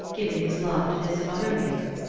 giving his love to this other maiden.